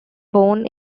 born